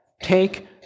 Take